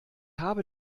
habe